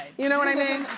you know what i mean?